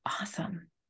Awesome